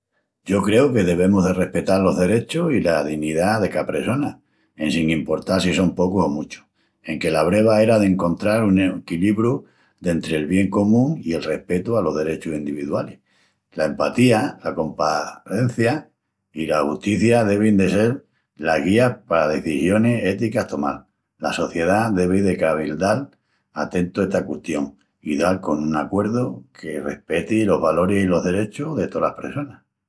Yo creu que devemus de respetal los derechus i la dinidá de ca pressona, en sin importal si son pocus o muchus. Enque la breva era d'encontral un equilibru dentri'l bien común i el respetu a los derechus endividualis. La empatía, la compacencia i la justicia devin de sel las guías pa decisionis éticas tomal. La sociedá devi de cavildal a tentu esta custión i dal con un acuerdu que respeti los valoris i los derechus de tolas pressonas.